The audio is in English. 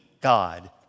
God